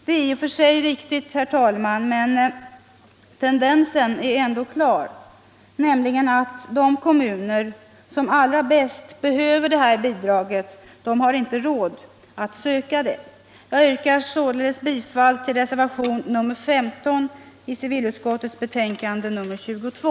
Det är i och för sig riktigt, herr talman, men tendensen är ändå klar, nämligen att de kommuner som allra bäst behöver detta bidrag inte har råd att söka det. Jag yrkar således bifall till reservationen 15 i civilutskottets betänkande nr 22.